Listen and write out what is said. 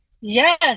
yes